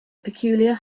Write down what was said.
peculiar